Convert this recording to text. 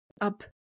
up